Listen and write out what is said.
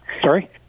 Sorry